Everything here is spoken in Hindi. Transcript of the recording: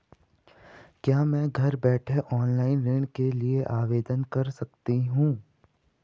क्या मैं घर बैठे ऑनलाइन ऋण के लिए आवेदन कर सकती हूँ?